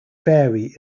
vary